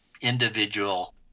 individual